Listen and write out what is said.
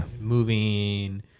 moving